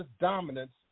dominance